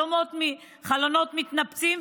חלונות מתנפצים,